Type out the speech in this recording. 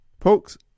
Folks